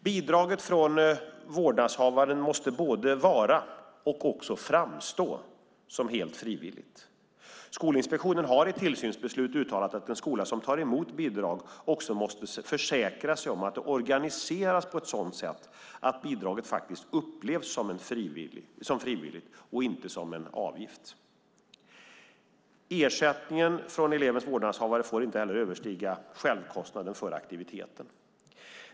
Bidraget från vårdnadshavaren måste både vara och framstå som helt frivilligt. Skolinspektionen har i tillsynsbeslut uttalat att en skola som tar emot bidrag måste försäkra sig om att det organiseras på sådant sätt att bidraget upplevs som frivilligt och inte som en avgift. Ersättningen från elevens vårdnadshavare får inte överstiga självkostnaden för aktiviteten.